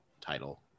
title